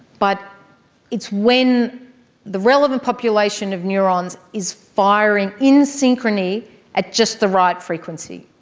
but it's when the relevant population of neurons is firing in synchrony at just the right frequency.